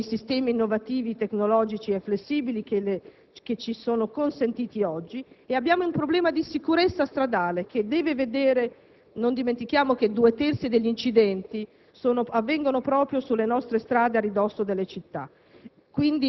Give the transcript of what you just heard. con i sistemi innovativi, tecnologici e flessibili che oggi ci sono consentiti; ma vi è anche un problema di sicurezza stradale: non dimentichiamo che due terzi degli incidenti avvengono proprio sulle strade a ridosso delle città.